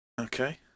Okay